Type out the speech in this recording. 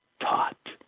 taught